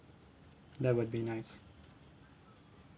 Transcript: that would be nice